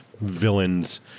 villains